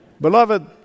Beloved